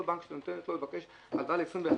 כל בנק שאת נותנת לו הלוואה ל-20,